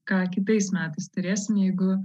ką kitais metais turėsim jeigu